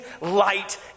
light